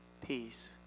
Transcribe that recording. peace